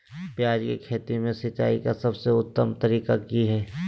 प्याज के खेती में सिंचाई के सबसे उत्तम तरीका की है?